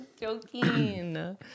joking